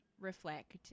reflect